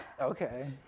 Okay